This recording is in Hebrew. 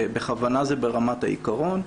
בכוונה זה ברמת העיקרון.